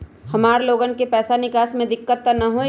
हमार लोगन के पैसा निकास में दिक्कत त न होई?